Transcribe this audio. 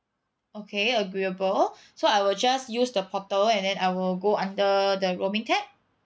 okay agreeable so I will just use the portal and then I will go under the roaming tag